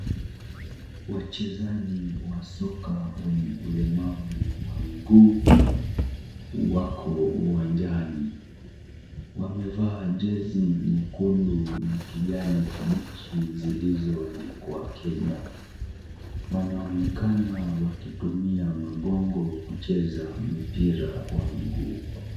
Wachezaji wa soka wenye ulemavu wa miguu wako uwanjani, wamevaa jesi nyekundu za kijani kibichi zilizoandikwa Kenya, wanaonekana wakitumia magongo kucheza mpira wa miguu.